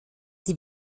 die